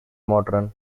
modern